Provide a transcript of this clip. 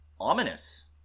ominous